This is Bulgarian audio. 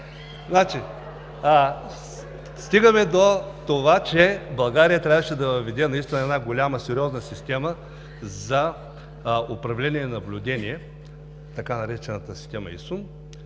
Стигаме до това, че България трябваше да въведе наистина една голяма, сериозна система за управление и наблюдение, така наречената система ИСУН